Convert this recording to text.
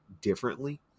differently